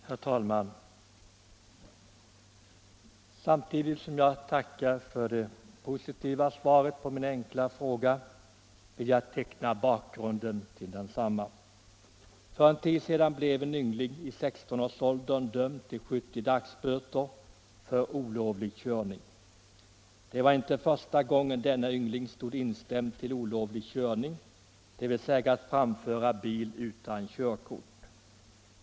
Herr talman! Samtidigt som jag tackar för det positiva svaret på min fråga vill jag teckna bakgrunden till densamma. För en tid sedan blev en yngling i 16-årsåldern dömd till 70 dagsböter för olovlig körning. Det var inte första gången denne yngling stod instämd för olovlig körning — dvs. för att ha framfört bil utan körkort.